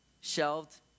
shelved